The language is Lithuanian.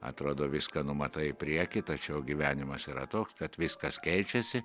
atrodo viską numatai į priekį tačiau gyvenimas yra toks kad viskas keičiasi